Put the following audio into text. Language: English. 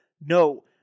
no